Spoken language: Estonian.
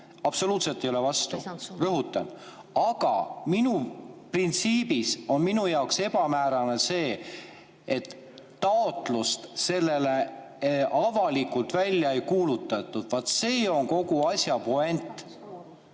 Absoluutselt ei ole vastu, rõhutan. Aga minu printsiibis on minu jaoks ebamäärane see, et taotlusvooru sellele avalikult välja ei kuulutatud. Vot see on kogu asja puänt.